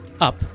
up